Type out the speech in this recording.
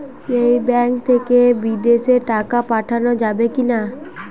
এই ব্যাঙ্ক থেকে বিদেশে টাকা পাঠানো যাবে কিনা?